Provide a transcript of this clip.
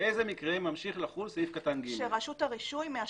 באיזה מקרה ממשיך לחול סעיף קטן (ג)?< שנותן אישור